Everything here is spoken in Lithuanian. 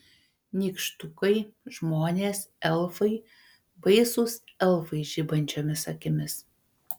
nykštukai žmonės elfai baisūs elfai žibančiomis akimis